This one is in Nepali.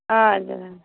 हजुर